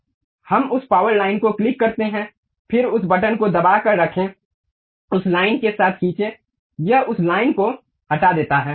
हम उस power line को क्लिक करते हैं फिर उस बटन को दबाकर रखें उस लाइन के साथ खींचें यह उस लाइन को हटा देता है